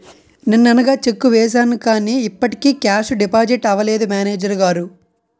నిన్ననగా చెక్కు వేసాను కానీ ఇప్పటికి కేషు డిపాజిట్ అవలేదు మేనేజరు గారు